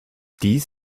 dies